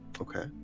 Okay